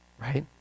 right